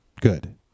good